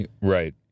Right